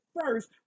first